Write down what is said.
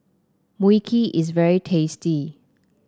Mui Kee is very tasty